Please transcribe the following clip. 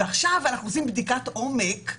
ועכשיו אנחנו עושים בדיקת עומק,